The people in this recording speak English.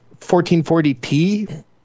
1440p